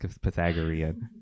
Pythagorean